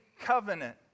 covenant